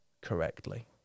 correctly